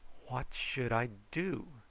what should i do?